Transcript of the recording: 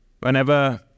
whenever